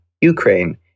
Ukraine